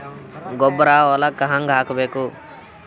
ಗೊಬ್ಬರ ಹೊಲಕ್ಕ ಹಂಗ್ ಹಾಕಬೇಕು?